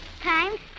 times